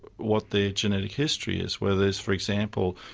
what their genetic history is whether there's, for example,